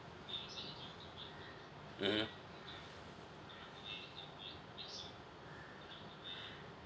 mmhmm